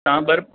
तव्हां ॿ रुपिया